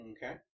Okay